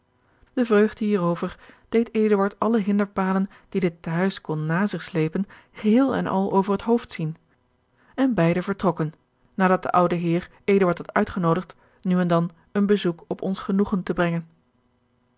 de vreugde hierover deed eduard alle hinderpalen die dit te huis kon na zich slepen geheel en al over het hoofd zien en beide vertrokken nadat de oude heer eduard had uitgenoodigd nu en dan een bezoek op ons genoegen te brengen